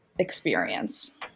experience